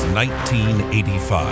1985